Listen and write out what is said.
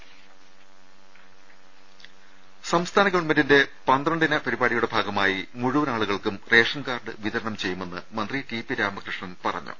ശേക്ഷക്കങ്ങ സംസ്ഥാന ഗവൺമെന്റിന്റെ പന്ത്രണ്ടിന പരിപാടി യുടെ ഭാഗമായി മുഴുവൻ ആളുകൾക്കും റേഷൻകാർഡ് വിതരണം ചെയ്യുമെന്ന് മന്ത്രി ടി പി രാമകൃഷ്ണൻ പറ ഞ്ഞു